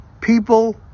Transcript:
People